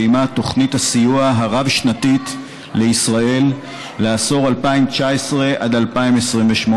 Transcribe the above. ועימה תוכנית הסיוע הרב-שנתית לישראל לעשור 2019 2028,